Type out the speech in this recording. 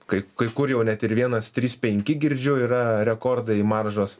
kai kai kur jau net ir vienas trys penkis girdžiu yra rekordai maržos